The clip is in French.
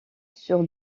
sur